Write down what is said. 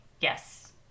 Yes